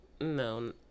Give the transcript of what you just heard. No